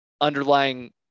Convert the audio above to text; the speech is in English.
underlying